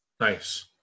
Nice